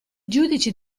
giudici